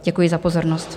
Děkuji za pozornost.